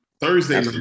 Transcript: Thursday